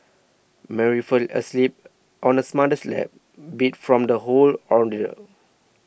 Mary fell asleep on her mother's lap beat from the whole ordeal